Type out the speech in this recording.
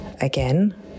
again